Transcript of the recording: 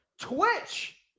Twitch